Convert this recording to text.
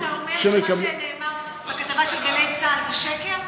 אתה אומר שמה שנאמר בכתבה של "גלי צה"ל" זה שקר?